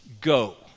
go